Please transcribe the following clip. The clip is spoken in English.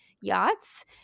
yachts